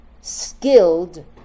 skilled